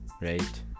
right